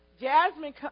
Jasmine